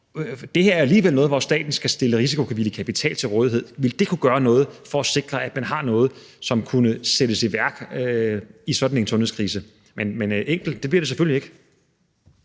det her er alligevel noget, hvor staten skal stille risikovillig kapital til rådighed? Ville det kunne gøre noget for at sikre, at vi har noget, som kunne sættes i værk i sådan en sundhedskrise? Men enkelt bliver det selvfølgelig ikke.